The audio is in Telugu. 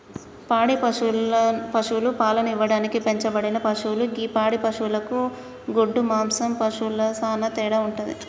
పాడి పశువులు పాలను ఇవ్వడానికి పెంచబడిన పశువులు గి పాడి పశువులకు గొడ్డు మాంసం పశువులకు సానా తేడా వుంటది